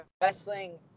wrestling